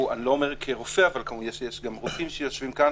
אני לא אומר כרופא, אבל יש גם רופאים שיושבים כאן